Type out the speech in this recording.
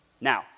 Now